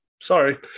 sorry